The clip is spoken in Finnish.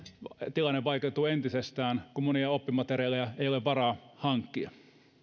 tilanne vaikeutuu entisestään kun monia oppimateriaaleja ei ole varaa hankkia